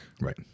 Right